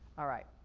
alright.